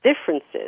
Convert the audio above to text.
differences